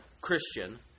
Christian